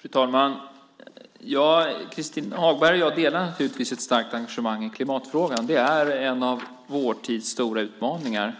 Fru talman! Christin Hagberg och jag delar naturligtvis ett starkt engagemang i klimatfrågan. Det är en av vår tids stora utmaningar.